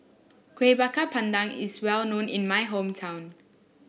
Kueh Bakar Pandan is well known in my hometown